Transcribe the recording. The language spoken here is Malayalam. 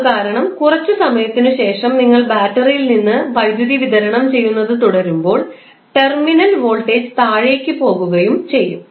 അത് കാരണം കുറച്ച് സമയത്തിന് ശേഷം നിങ്ങൾ ബാറ്ററിയിൽ നിന്ന് വൈദ്യുതി വിതരണം ചെയ്യുന്നത് തുടരുമ്പോൾ ടെർമിനൽ വോൾട്ടേജ് താഴേക്കു പോകുകയും ചെയ്യും